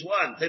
one